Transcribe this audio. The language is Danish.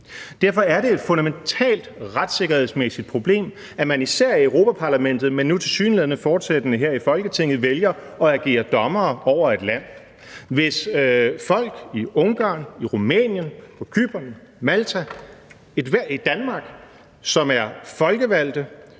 Derfor er det et fundamentalt retssikkerhedsmæssigt problem, at man især i Europa-Parlamentet, men nu tilsyneladende også fortsætter med det her i Folketinget, vælger at agere dommer over et land. Hvis folk i Ungarn, i Rumænien, på Cypern, på Malta, i Danmark, som er folkevalgte,